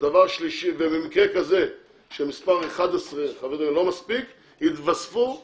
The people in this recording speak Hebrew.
במקרה כזה שמספר 11 חברים לא מספיק, יתווספו